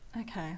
Okay